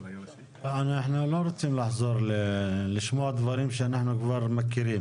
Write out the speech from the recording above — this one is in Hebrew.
אנחנו לא רוצים לחזור לשמוע דברים שאנחנו כבר מכירים.